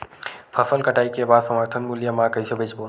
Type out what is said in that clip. फसल कटाई के बाद समर्थन मूल्य मा कइसे बेचबो?